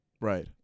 Right